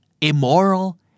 immoral